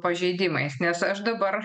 pažeidimais nes aš dabar